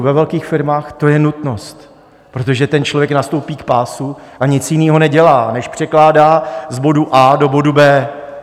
Ve velkých firmách to je nutnost, protože ten člověk nastoupí k pásu a nic jiného nedělá, než překládá z bodu A do bodu B.